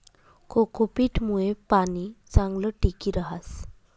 cocopeat मुये पाणी चांगलं टिकी रहास